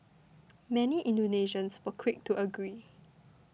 many Indonesians were quick to agree